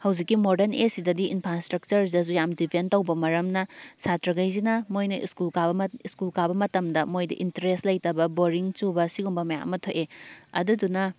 ꯍꯧꯖꯤꯛꯀꯤ ꯃꯣꯗꯔꯟ ꯑꯦꯖꯁꯤꯗꯗꯤ infrastructure ꯁꯤꯗꯁꯨ ꯌꯥꯝ ꯗꯦꯄꯦꯟ ꯇꯧꯕ ꯃꯔꯝꯅ ꯁꯇ꯭ꯔꯈꯩꯁꯤꯅ ꯃꯣꯏꯅ ꯁ꯭ꯀꯨꯜ ꯀꯥꯕ ꯁ꯭ꯀꯨꯜ ꯀꯥꯕ ꯃꯇꯝꯗ ꯃꯣꯏꯗ ꯏꯟꯇ꯭ꯔꯦꯁ ꯂꯩꯇꯕ ꯕꯣꯔꯤꯡ ꯆꯨꯕ ꯁꯤꯒꯨꯝꯕ ꯃꯌꯥꯝ ꯑꯃ ꯊꯣꯛꯑꯦ ꯑꯗꯨꯗꯨꯅ